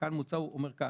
שמוצע כאן אומר כך: